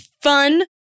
fun